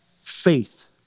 faith